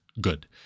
good